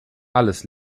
alles